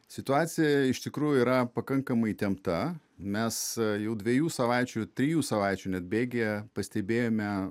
situacija iš tikrųjų yra pakankamai įtempta mes jau dviejų savaičių trijų savaičių net bėgyje pastebėjome